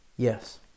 Yes